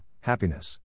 happiness